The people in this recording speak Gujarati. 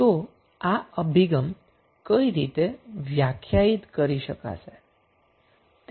તો આ અભિગમ કઈ રીતે વ્યાખ્યાયિત કરી શકાશે